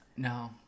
No